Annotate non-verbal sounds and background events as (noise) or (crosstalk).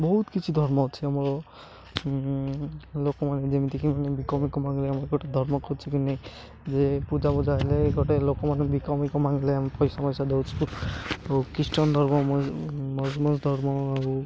ବହୁତ କିଛି ଧର୍ମ ଅଛି ଆମର ଲୋକମାନେ ଯେମିତି କି ଭିକଫିକ ମାଗିଲେ ଆମର ଗୋଟେ ଧର୍ମ ଖୋଜଛୁ କି ନାହିଁ ଯେ ପୂଜା ପୂଜା ହେଲେ ଗୋଟେ ଲୋକମାନେ ଭିକଫିକ ମାଗିଲେ ଆମେ ପଇସା ପଇସା ଦେଉଛୁ ଆଉ ଖ୍ରୀଷ୍ଟିଆନ ଧର୍ମ (unintelligible) ଧର୍ମ ଆଉ